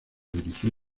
dirigir